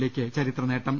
ജില്ലയ്ക്ക് ചരിത്ര നേട്ടം